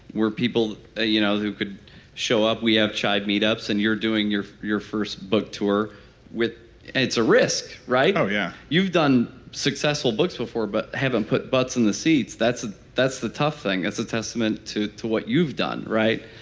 we're people you know who could show up, we have chive meetups, and you're doing your your first book tour with. and it's a risk, right? oh, yeah you've done successful books before but haven't put butts in the seats, that's ah that's the tough thing. it's a testament to to what you've done, right?